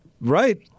Right